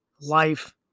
life